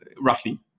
roughly